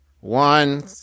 One